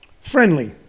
friendly